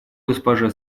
госпоже